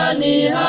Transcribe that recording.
the